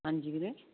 ਹਾਂਜੀ ਵੀਰੇ